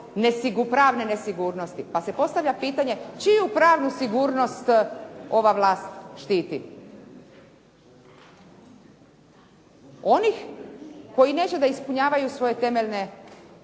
pravne nesigurnosti. Pa se postavlja pitanje čiju pravnu sigurnost ova vlast štiti? Onih koji neće da ispunjavaju svoje temeljne